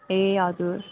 ए हजुर